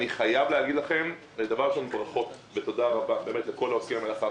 אני חייב להגיד תודה רבה לכל העושים במלאכה,